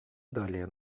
далее